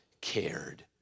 cared